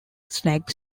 snag